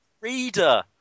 reader